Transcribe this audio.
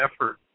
effort